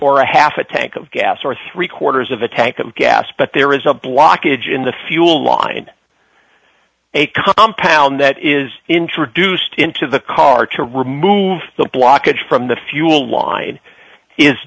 or a half a tank of gas or three quarters of a tank of gas but there is a blockage in the fuel line a compound that is introduced into the car to remove the blockage from the fuel line is